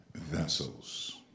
Vessels